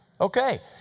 Okay